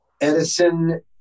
Edison